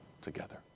together